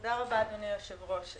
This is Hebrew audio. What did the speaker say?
תודה רבה, אדוני היושב-ראש.